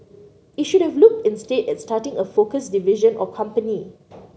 it should have looked instead at starting a focused division or company